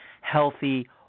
healthy